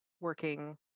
working